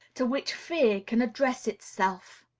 to which fear can address itself.